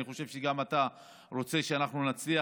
אני חושב שגם אתה רוצה שאנחנו נצליח.